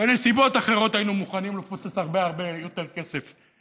בנסיבות אחרות היינו מוכנים לפוצץ הרבה הרבה יותר כסף,